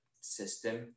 system